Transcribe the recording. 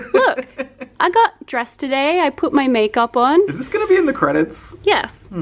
look i got dressed today. i put my makeup on. is this gonna be in the credits. yes.